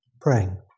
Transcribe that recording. praying